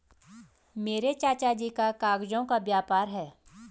मेरे चाचा जी का कागजों का व्यापार है